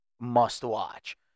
must-watch